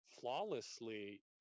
flawlessly